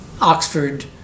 Oxford